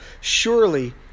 surely